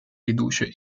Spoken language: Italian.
riduce